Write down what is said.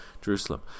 jerusalem